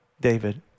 David